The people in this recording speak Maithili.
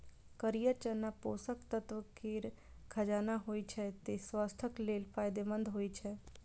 करिया चना पोषक तत्व केर खजाना होइ छै, तें स्वास्थ्य लेल फायदेमंद होइ छै